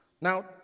Now